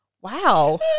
Wow